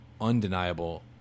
undeniable